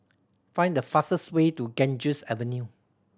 find the fastest way to Ganges Avenue